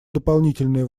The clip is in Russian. дополнительные